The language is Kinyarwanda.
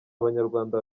abanyarwanda